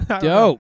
Dope